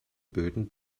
böden